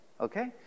Okay